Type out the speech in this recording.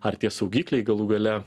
ar tie saugikliai galų gale